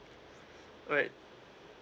alright